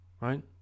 Right